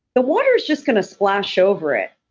the water's just going to splash over it.